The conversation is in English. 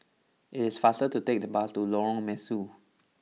it is faster to take the bus to Lorong Mesu